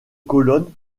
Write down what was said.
colonne